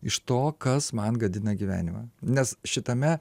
iš to kas man gadina gyvenimą nes šitame